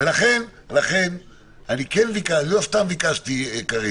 לכן לא סתם ביקשתי, קארין.